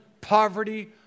poverty